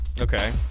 Okay